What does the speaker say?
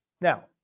Now